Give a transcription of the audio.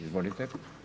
Izvolite